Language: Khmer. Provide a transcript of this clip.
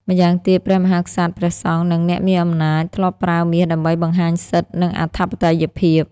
ម្យ៉ាងទៀត ព្រះមហាក្សត្រ ព្រះសង្ឃ និងអ្នកមានអំណាច ធ្លាប់ប្រើមាសដើម្បីបង្ហាញសិទ្ធិ និងអធិបតេយ្យភាព។